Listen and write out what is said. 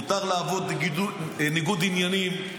מותר לעבוד בניגוד עניינים,